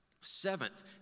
Seventh